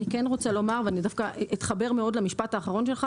אני כן רוצה לומר ואני דווקא אתחבר מאוד למשפט האחרון שלך,